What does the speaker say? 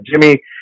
Jimmy